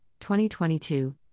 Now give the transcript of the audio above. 2022